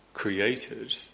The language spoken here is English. created